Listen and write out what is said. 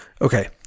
Okay